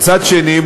מצד שני,